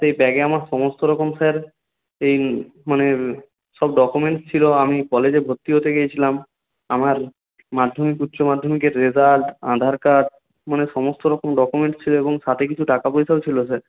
সেই ব্যাগে আমার সমস্ত রকম স্যার এই মানে সব ডকুমেন্টস ছিলো আমি কলেজে ভর্তি হতে গিয়েছিলাম আমার মাধ্যমিক উচ্চ মাধ্যমিকের রেজাল্ট আধার কার্ড মানে সমস্ত রকম ডকুমেন্ট ছিলো এবং সাথে কিছু টাকা পয়সাও ছিলো স্যার